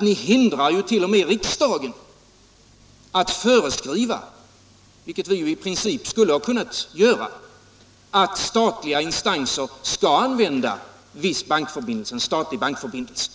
Ni hindrar t.o.m. riksdagen att föreskriva — vilket riksdagen i princip skulle ha kunnat göra — att statliga instanser skall använda viss statlig bankförbindelse.